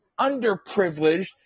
underprivileged